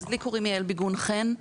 לי קוראים יעל ביגון חן,